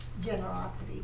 Generosity